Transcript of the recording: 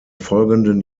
folgenden